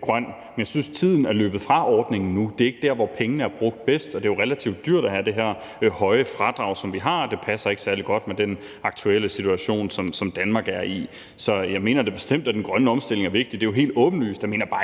grøn. Men jeg synes, at tiden er løbet fra ordningen; det er ikke der, hvor pengene er brugt bedst, og det er jo relativt dyrt at have det her høje fradrag, som vi har, og det passer ikke særlig godt med den aktuelle situation, som Danmark er i. Så jeg mener da bestemt, at den grønne omstilling er vigtig – det er helt åbenlyst. Jeg mener bare ikke,